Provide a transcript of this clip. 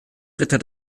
ritter